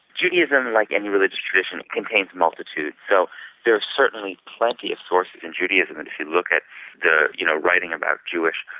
judaism like any religious tradition contains multitudes so there are certainly plenty of sources in judaism, and if you look at the you know writing about jewish,